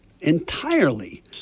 entirely